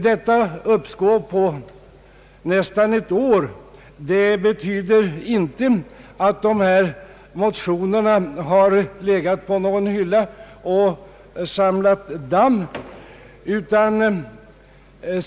Detta uppskov på nästan ett år betyder inte att de här motionerna har legat på någon hylla och samlat damm.